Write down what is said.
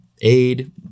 aid